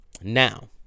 now